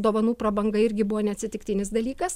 dovanų prabanga irgi buvo neatsitiktinis dalykas